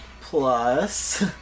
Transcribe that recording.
plus